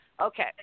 Okay